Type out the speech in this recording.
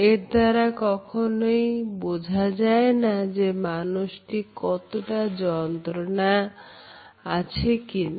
এর দ্বারা কখনোই বোঝা যায়না যে মানুষটি কতটা যন্ত্রণা আছে কি না